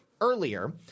earlier